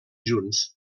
junts